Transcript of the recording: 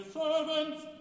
servants